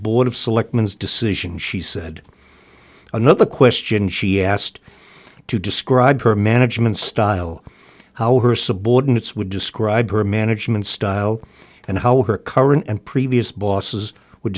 board of selectmen its decision she said another question she asked to describe her management style how her subordinates would describe her management style and how her current and previous bosses would